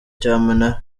cyamunara